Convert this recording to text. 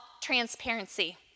transparency